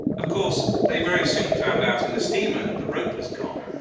of course they very soon found out in the steamer that the rope was gone.